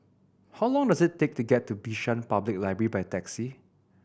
how long does it take to get to Bishan Public Library by taxi